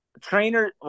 trainer